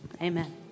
Amen